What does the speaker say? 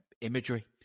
imagery